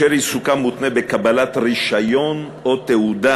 אשר עיסוקם מותנה בקבלת רישיון או תעודה,